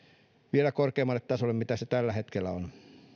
vielä korkeammalle tasolle kuin millä se tällä hetkellä on